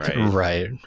right